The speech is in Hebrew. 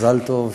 מזל טוב.